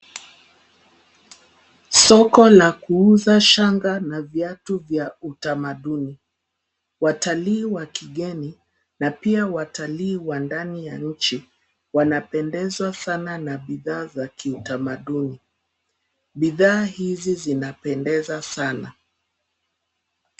Soko la kuuza shanga na viatu vya utamaduni. Watalii wa kigeni na pia watalii wa ndani ya nchi wanapendezwa sana na bidhaa za utamaduni. Bidhaa hizi zinapendeza sana.